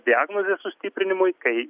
diagnozės sustiprinimui kai